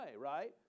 right